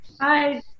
Hi